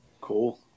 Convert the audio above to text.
Cool